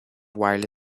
while